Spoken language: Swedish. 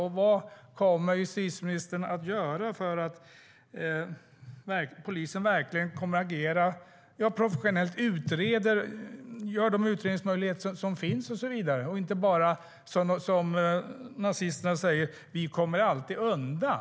Och vad kommer justitieministern att göra för att polisen verkligen kommer att agera professionellt, tar till vara de utredningsmöjligheter som finns och så vidare? Det får inte vara som nazisterna säger: Vi kommer alltid undan.